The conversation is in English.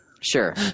Sure